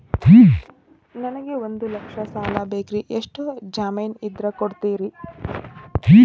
ನನಗೆ ಒಂದು ಲಕ್ಷ ಸಾಲ ಬೇಕ್ರಿ ಎಷ್ಟು ಜಮೇನ್ ಇದ್ರ ಕೊಡ್ತೇರಿ?